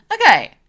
okay